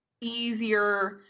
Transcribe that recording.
easier